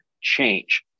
change